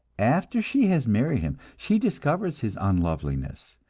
after she has married him she discovers his unloveliness,